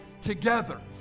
together